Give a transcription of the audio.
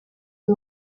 w’u